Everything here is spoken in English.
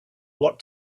what